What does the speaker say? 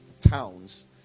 towns